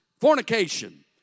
fornication